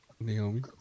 Naomi